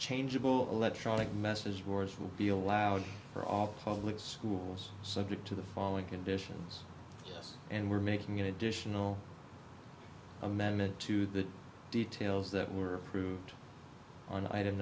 changeable electronic message boards will be allowed for all public schools subject to the following conditions and we're making an additional amendment to the details that were approved on item